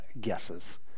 guesses